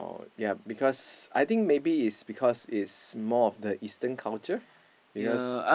ya because I think maybe it's because it's more of the eastern culture because